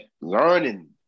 learning